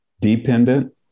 dependent